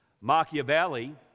Machiavelli